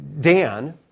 Dan